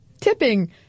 Tipping